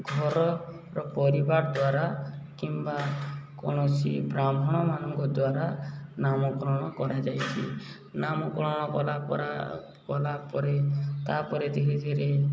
ଘରର ପରିବାର ଦ୍ୱାରା କିମ୍ବା କୌଣସି ବ୍ରାହ୍ମଣ ମାନଙ୍କ ଦ୍ୱାରା ନାମକରଣ କରାଯାଇଛି ନାମକରଣ କଲା କଲା ପରେ ତା'ପରେ ଧୀରେ ଧୀରେ